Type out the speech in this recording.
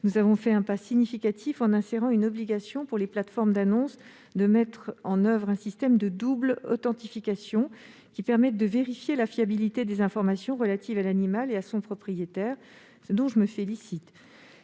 nous avons fait un pas significatif, en prévoyant l'obligation pour les plateformes d'annonces de mettre en oeuvre un système de double authentification qui permette de vérifier la fiabilité des informations relatives à l'animal et à son propriétaire, ce dont je me félicite.